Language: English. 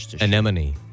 anemone